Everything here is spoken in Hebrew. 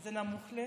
אתה כבר מוכן?